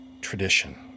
tradition